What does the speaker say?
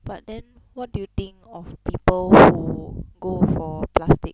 but then what do you think of people who go for plastic